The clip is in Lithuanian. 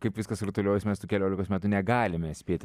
kaip viskas rutuliojos mes tų keliolikos metų negalime spėti